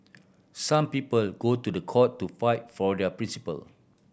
some people go to the court to fight for their principle